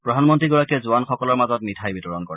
প্ৰধানমন্ত্ৰীগৰাকীয়ে জোৱানসকলৰ মাজত মিঠাই বিতৰণ কৰে